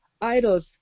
idols